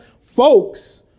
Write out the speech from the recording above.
Folks